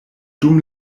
dum